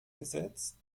gesetzt